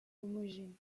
homogène